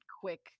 quick